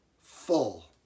full